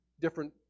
different